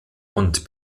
und